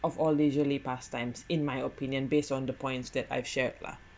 of all leisurely pastimes in my opinion based on the points that I've shared lah